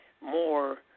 more